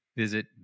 Visit